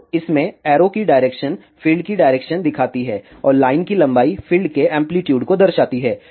तो इसमें एरो की डायरेक्शन फ़ील्ड की डायरेक्शन दिखाती है और लाइन की लंबाई फ़ील्ड के एम्पलीटूड को दर्शाती है